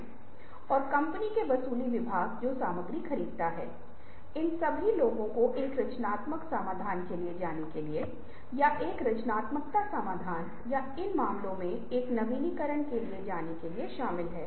नए दृष्टिकोण का निर्माण एक ऐसी चीज है जिसे आप प्रोत्साहित करते हैं कि चीजों को एक अलग दृष्टिकोण से देखें बता दें कि कुछ बेहतरीन तस्वीरें ऐसी होती हैं और ये चीजो को नए तरीके से देखने लगती हैं